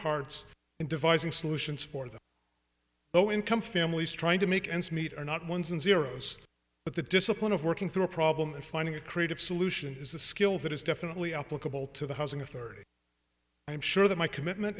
and devising solutions for the low income families trying to make ends meet are not ones and zeroes but the discipline of working through a problem and finding a creative solution is a skill that is definitely applicable to the housing authority i'm sure that my commitment